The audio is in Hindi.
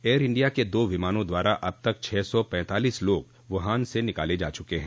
एयर इंडिया के दो विमानों द्वारा अब तक छह सौ पैतालीस लोग वुहान से निकाले जा चुके हैं